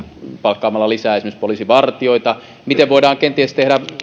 palkkaamalla lisää esimerkiksi poliisivartijoita miten voidaan kenties tehdä